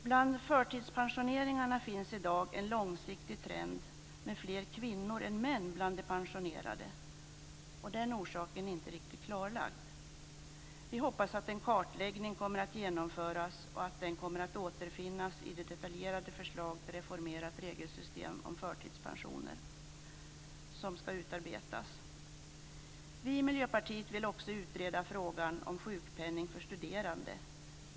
Bland förtidspensioneringarna finns i dag en långsiktig trend mot fler kvinnor än män bland de pensionerade. Orsaken till detta är inte riktigt klarlagd. Vi hoppas att en kartläggning kommer att genomföras och att den kommer att återfinnas i det detaljerade förslag till reformerat regelsystem för förtidspensioner som skall utarbetas. Vi i Miljöpartiet vill också utreda frågan om sjukpenning för studerande.